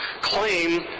claim